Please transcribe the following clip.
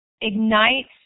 ignites